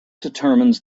determines